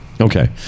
Okay